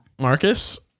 Marcus